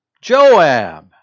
Joab